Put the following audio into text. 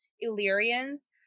Illyrians